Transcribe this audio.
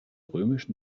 römischen